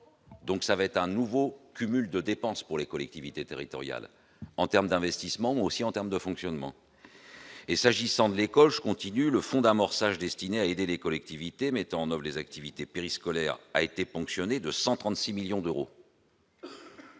Donc ça va être un nouveau cumul de dépenses pour les collectivités territoriales en termes d'investissements aussi en termes de fonctionnement. Et s'agissant de l'école, je continue le fonds d'amorçage destiné à aider les collectivités mettent en les activités périscolaires a été ponctionné de 136 millions d'euros.